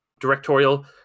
directorial